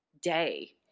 day